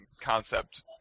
concept